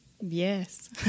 Yes